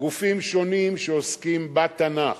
גופים שונים שעוסקים בתנ"ך.